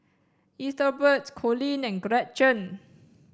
Ethelbert Coleen and Gretchen